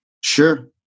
Sure